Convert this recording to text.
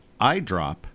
eyedrop